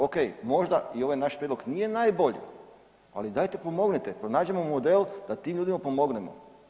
Ok, možda i ovaj naš prijedlog nije najbolji ali dajte pomognite, pronađimo model da tim ljudima pomognemo.